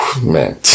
man